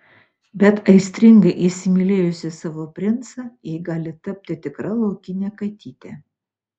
bet aistringai įsimylėjusi savo princą ji gali tapti tikra laukine katyte